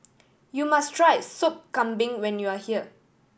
you must try Sop Kambing when you are here